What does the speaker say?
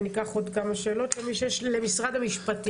וניקח עוד כמה שאלות למשרד המשפטים.